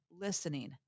listening